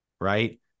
right